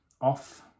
off